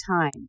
time